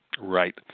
Right